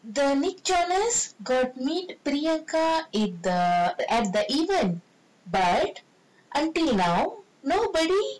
the nick jonas got meet priyanka in the app then even but until now nobody